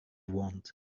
want